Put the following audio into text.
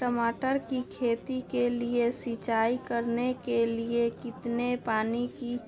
टमाटर की खेती के लिए सिंचाई करने के लिए कितने पानी की